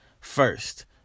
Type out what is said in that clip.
first